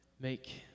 make